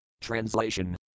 Translation